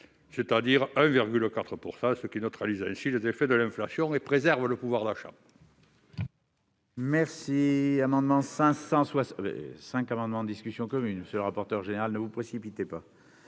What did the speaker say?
soit de 1,4 %, ce qui neutralise les effets de l'inflation et préserve le pouvoir d'achat.